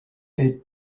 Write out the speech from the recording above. est